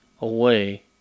away